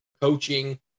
Coaching